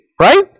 right